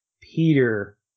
Peter